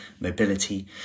mobility